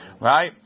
Right